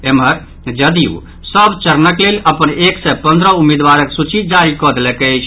एम्हर जदयू सभ चरणक लेल अपन एक सय पंद्रह उम्मीदवारक सूची जारी कऽ देलक अछि